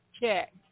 check